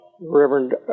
Reverend